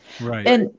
right